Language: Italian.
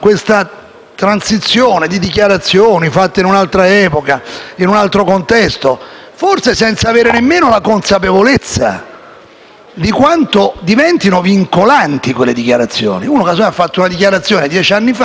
di quanto diventino vincolanti quelle dichiarazioni. Uno ha fatto una dichiarazione dieci anni fa presso un notaio non pensando di mettersi in un meccanismo infernale come questo, con i figli che votano e i cugini e nipoti intorno al